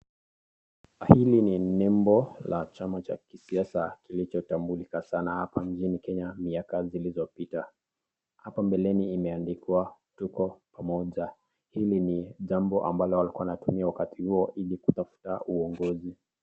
Hili ni nimbo cha chama cha siasa kilicho tambulika sana hapa nchini kenya mika zilizopita, hapa mbeleni imeandikawa tuko pamoja, hili ni jambo ambalo walikua wanatumia wakati huo ili kutafuta uongozi.